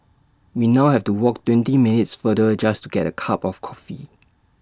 we now have to walk twenty minutes farther just to get A cup of coffee